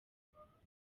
gupfa